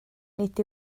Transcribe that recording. nid